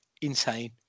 insane